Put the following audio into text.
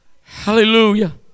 Hallelujah